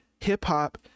hip-hop